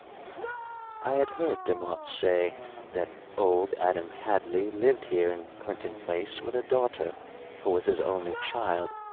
i had heard demotte say that old adam hadley lived here in clinton place with a daughter who was his only child,